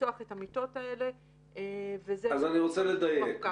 לפתוח את המיטות האלה --- אז אני רוצה לדייק,